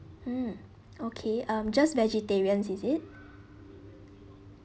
mm okay um just vegetarians is it